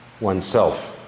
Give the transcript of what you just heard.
oneself